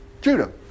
Judah